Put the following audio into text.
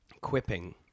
Quipping